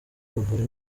bavura